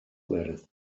gwyrdd